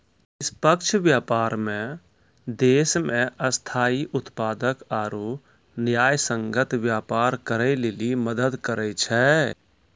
निष्पक्ष व्यापार मे देश मे स्थायी उत्पादक आरू न्यायसंगत व्यापार करै लेली मदद करै छै